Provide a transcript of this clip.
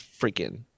freaking